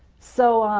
so